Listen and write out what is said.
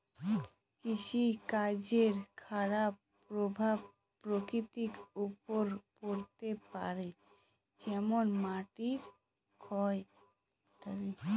কৃষিকাজের খারাপ প্রভাব প্রকৃতির ওপর পড়তে পারে যেমন মাটির ক্ষয় ইত্যাদি